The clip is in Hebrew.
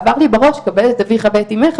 עבר לי בראש 'כבד את אביך ואת אימך'